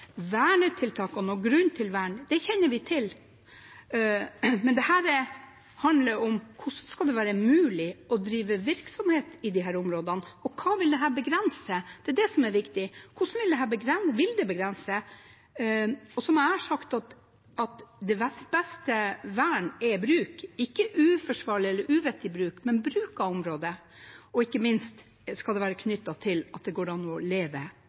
og bor der, kan få et svar. Vernetiltak og grunnvern kjenner vi til, men dette handler om hvordan det kan være mulig å drive virksomhet i disse områdene, og hva dette vil begrense. Det er det som er viktig. Vil det begrense? Og som jeg har sagt: Det beste vern er bruk, ikke uforsvarlig eller uvettig bruk, men bruk av området – og ikke minst skal det være knyttet til at det går an å leve